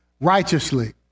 righteously